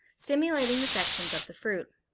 simulating the sections of the fruit.